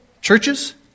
churches